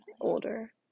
older